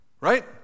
Right